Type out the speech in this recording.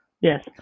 Yes